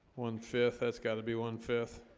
one fifth it's got to be one fifth.